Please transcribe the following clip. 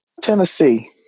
Tennessee